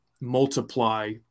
multiply